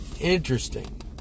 Interesting